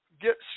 get